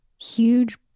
huge